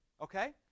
Okay